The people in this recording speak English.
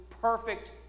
perfect